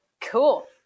Cool